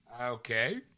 Okay